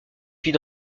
puis